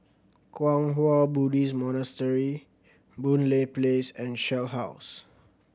Kwang Hua Buddhist Monastery Boon Lay Place and Shell House